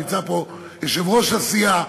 נמצא פה יושב-ראש הסיעה,